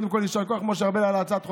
יישר כוח למשה ארבל על הצעת החוק,